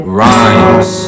rhymes